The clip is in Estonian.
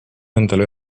endale